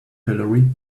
hillary